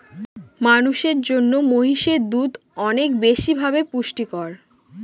মানুষের জন্য মহিষের দুধ অনেক বেশি ভাবে পুষ্টিকর